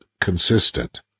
consistent